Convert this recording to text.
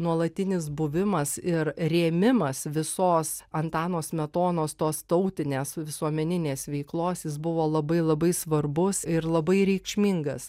nuolatinis buvimas ir rėmimas visos antano smetonos tos tautinės visuomeninės veiklos jis buvo labai labai svarbus ir labai reikšmingas